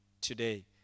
today